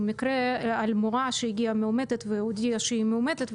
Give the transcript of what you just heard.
מקרה של מורה שהגיעה מאומתת והודיעה שהיא מאומתת,